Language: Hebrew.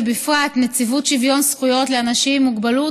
ובפרט נציבות שוויון זכויות לאנשים עם מוגבלות,